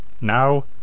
Now